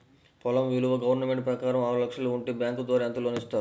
పొలం విలువ గవర్నమెంట్ ప్రకారం ఆరు లక్షలు ఉంటే బ్యాంకు ద్వారా ఎంత లోన్ ఇస్తారు?